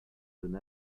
jeune